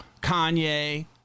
Kanye